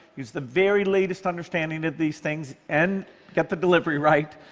use the very latest understanding of these things, and get the delivery right,